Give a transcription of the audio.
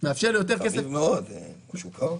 חביב מאוד, שוק ההון.